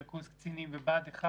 לקורס קצינים ולבה"ד 1